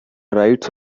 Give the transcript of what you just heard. rights